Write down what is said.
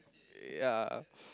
ya